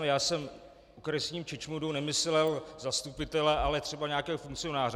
Já jsem okresním čičmundou nemyslel zastupitele, ale třeba nějakého funkcionáře.